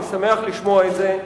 אני שמח לשמוע את זה.